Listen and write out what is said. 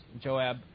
Joab